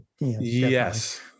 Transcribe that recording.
Yes